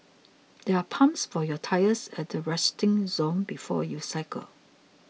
there are pumps for your tyres at the resting zone before you cycle